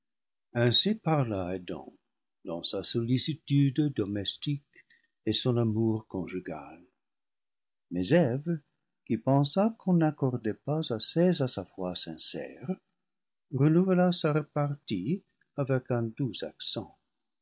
ainsi parla adam dans sa sollicitude domestique et son amour conjugal mais eve qui pensa qu'on n'accordait pas assez à sa foi sincère renouvela se repartie avec un doux accent